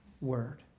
word